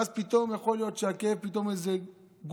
ואז פתאום יכול להיות שיוצאת איזה גולה,